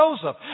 Joseph